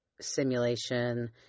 Simulation